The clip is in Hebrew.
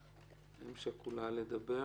אם שכולה, לדבר.